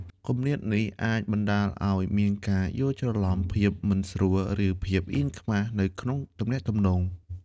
គម្លាតនេះអាចបណ្តាលឱ្យមានការយល់ច្រឡំ ភាពមិនស្រួល ឬភាពអៀនខ្មាសនៅក្នុងទំនាក់ទំនង។